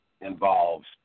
involves